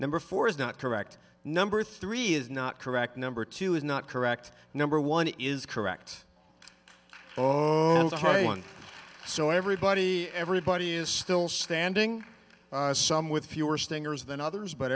number four is not correct number three is not correct number two is not correct number one is correct so everybody everybody is still standing some with fewer stingers than others but